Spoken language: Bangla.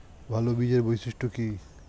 ভাল বীজের বৈশিষ্ট্য কী?